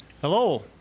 Hello